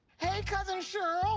hey, cousin cheryl.